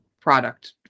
product